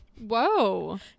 Whoa